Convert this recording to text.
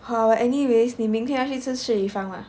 好 anyways 你明天要去吃 Shi Li Fang mah